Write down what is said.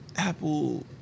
Apple